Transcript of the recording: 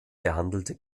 behandelte